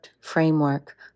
framework